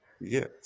Yes